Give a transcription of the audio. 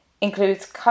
includes